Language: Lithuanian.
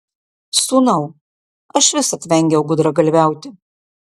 sūnau aš visad vengiau gudragalviauti